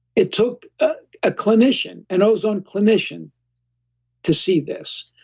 it took a ah clinician, an ozone clinician to see this.